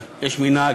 אבל יש מנהג,